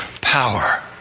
power